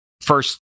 First